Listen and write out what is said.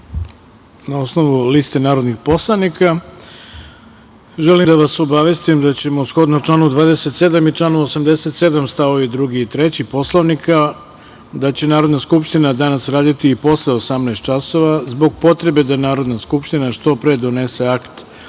na osnovu liste narodnih poslanika, želim da vas obavestim da će, shodno članu 27. i članu 87. st. 2. i 3. Poslovnika, Narodna skupština danas raditi i posle 18.00 časova zbog potrebe da Narodna skupština što pre donese akt iz